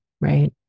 right